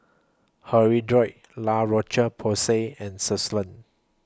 Hirudoid La Roche Porsay and Selsun